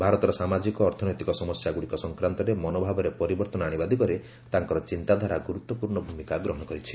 ଭାରତର ସାମାଜିକ ଅର୍ଥନୈତିକ ସମସ୍ୟାଗୁଡ଼ିକ ସଂକ୍ରାନ୍ତରେ ମନୋଭାବରେ ପରିବର୍ତ୍ତନ ଆଶିବା ଦିଗରେ ତାଙ୍କର ଚିନ୍ତାଧାରା ଗୁରୁତ୍ୱପୂର୍ଣ୍ଣ ଭୂମିକା ଗ୍ରହଣ କରିଛି